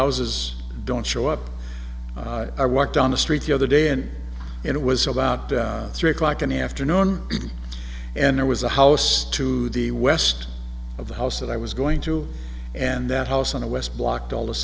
houses don't show up i walk down the street the other day and it was about three o'clock in the afternoon and there was a house to the west of the house that i was going to and that house on the west blocked